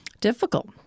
difficult